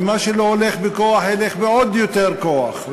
ומה שלא הולך בכוח ילך בעוד יותר כוח,